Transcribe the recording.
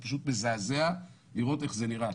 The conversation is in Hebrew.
זה פשוט מזעזע לראות איך זה נראה.